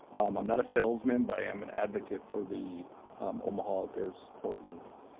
i'm not a salesman but i am an advocate for the omaha air support unit.